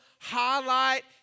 highlight